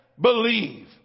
believe